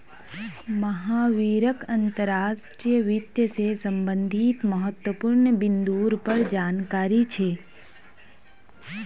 महावीरक अंतर्राष्ट्रीय वित्त से संबंधित महत्वपूर्ण बिन्दुर पर जानकारी छे